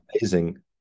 amazing